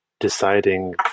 deciding